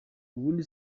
ubundi